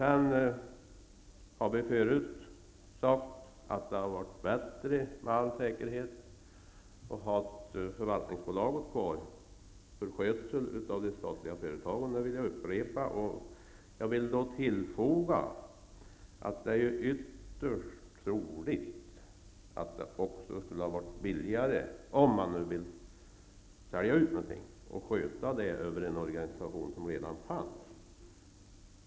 Vi har förut sagt att det med all säkerhet hade varit bättre att ha förvaltningsbolaget kvar för skötsel av de statliga företagen. Jag vill upprepa det. Jag vill tillfoga att det är ytterst troligt att det också skulle ha varit billigare -- om man nu vill sälja ut någonting -- att sköta det över en organisation som redan fanns.